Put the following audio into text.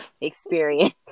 experience